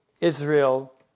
Israel